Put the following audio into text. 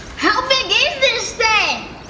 how big is this thing?